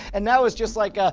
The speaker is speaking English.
and now it's just like, ah